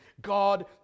God